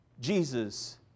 Jesus